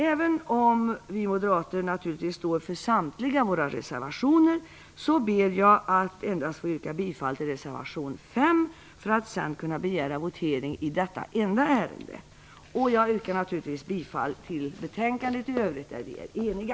Även om vi moderater naturligtvis står för samtliga våra reservationer, ber jag att få yrka bifall endast till reservation 5, för att senare kunna begära votering i detta enda ärende. Jag yrkar också bifall till de punkter i utskottets hemställan där vi är eniga.